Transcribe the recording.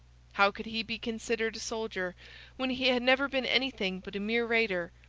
how could he be considered a soldier when he had never been anything but a mere raider,